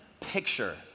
picture